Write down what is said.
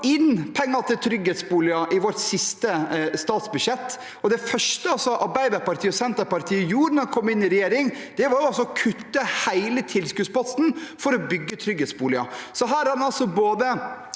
også inn penger til det i vårt siste statsbudsjett, men det første Arbeiderpartiet og Senterpartiet gjorde da de kom i regjering, var å kutte hele tilskuddspotten til å bygge trygghetsboliger.